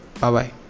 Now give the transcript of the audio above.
Bye-bye